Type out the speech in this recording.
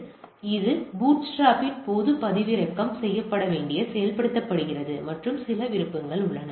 எனவே இது பூட்ஸ்ட்ராப்பின் போது பதிவிறக்கம் செய்யப்பட்டு செயல்படுத்தப்படுகிறது மற்றும் சில விருப்பங்கள் உள்ளன